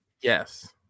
yes